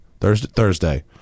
Thursday